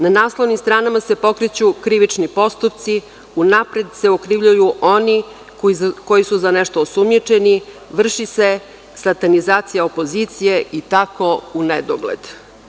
Na naslovnim stranama se pokreću krivični postupci, unapred se okrivljuju oni koji su za nešto osumnjičeni, vrši se satanizacija opozicije i tako u nedogled.